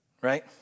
right